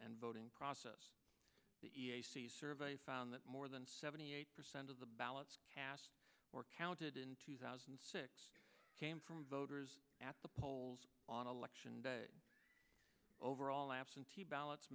and voting process the survey found that more than seventy eight percent of the ballots cast or counted in two thousand and six came from voters at the polls on election day overall absentee ballots